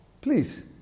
Please